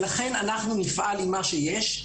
לכן, אנחנו נפעל עם מה שיש.